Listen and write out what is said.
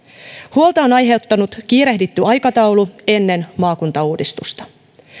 huolta on aiheuttanut kiirehditty aikataulu ennen maakuntauudistusta